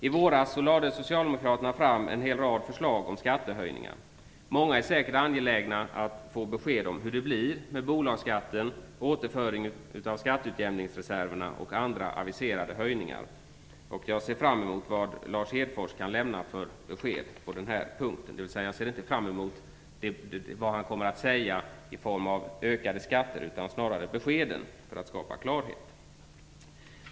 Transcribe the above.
I våras lade socialdemokraterna fram förslag om en rad skattehöjningar. Många är säkert angelägna att få besked hur det blir med bolagsskatten, återföringen av skatteutjämningsreserverna och andra aviserade höjningar. Jag ser fram emot vad Lars Hedfors kan lämna för besked. Jag ser inte fram emot hans förslag om ökade skatter, men jag ser fram mot beskeden, som kan skapa klarhet.